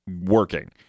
working